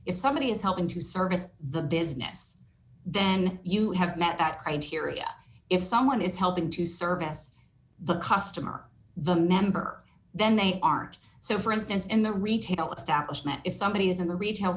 if somebody is helping to service the business then you have met that criteria if someone is helping to service the customer the member then they aren't so for instance in the retail establishment if somebody is in the retail